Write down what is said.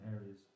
areas